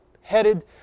headed